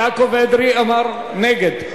יעקב אדרי אמר "נגד".